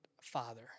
father